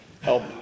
help